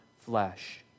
flesh